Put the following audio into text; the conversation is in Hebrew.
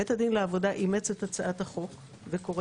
בית הדין לעבודה אימץ את הצעת החוק וקורא